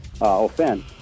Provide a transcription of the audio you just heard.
offense